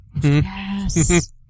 Yes